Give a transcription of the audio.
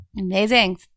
Amazing